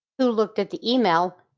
who looked at the email,